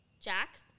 Jax